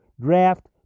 draft